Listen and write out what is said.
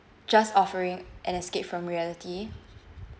just offering an escape from reality